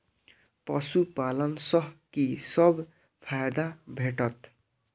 पशु पालन सँ कि सब फायदा भेटत?